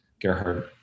Gerhard